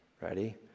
Ready